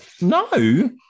No